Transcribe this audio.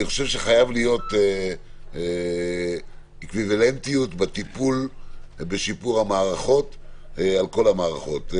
חייבת להיות אקוויוולנטיות בטיפול בשיפור המערכות על כל המערכות.